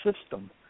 system